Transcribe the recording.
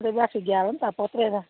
ꯂꯩꯕꯥꯛꯁꯦ ꯒ꯭ꯌꯥꯟ ꯑꯃ ꯇꯥꯄꯣꯠꯇ꯭ꯔꯦꯗ